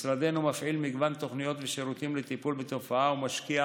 משרדנו מפעיל מגוון תוכניות ושירותים לטיפול בתופעה ומשקיע